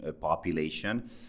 population